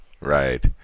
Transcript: Right